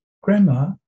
Grandma